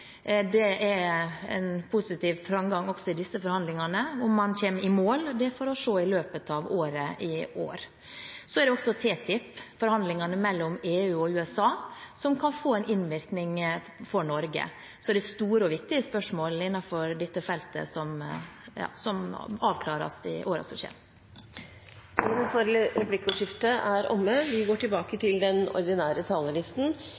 Det er en positiv framgang også i disse forhandlingene. Om man kommer i mål, får vi se i løpet av dette året. Så er det også TTIP-forhandlingene mellom EU og USA, som kan få innvirkning på Norge. Så det er store og viktige spørsmål innenfor dette feltet som skal avklares i løpet av årene som kommer. Replikkordskiftet er omme.